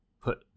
put